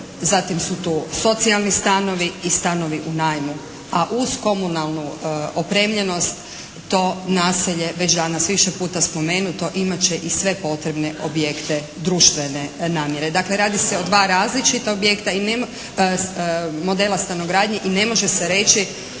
Zatim su tu socijalni stanovi i stanovi u najmu. A uz komunalnu opremljenost to naselje već danas više puta spomenuto imat će i sve potrebne objekte društvene namjere. Dakle radi se o dva različita objekta i ne, modela stanogradnje i ne može se reći,